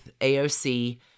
AOC